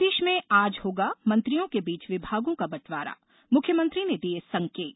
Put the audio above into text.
प्रदेश में आज होगा मंत्रियों के बीच विभागों का बंटवारा मुख्यमंत्री ने दिये संकेत